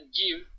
give